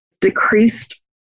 decreased